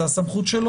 זה סמכותו.